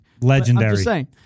Legendary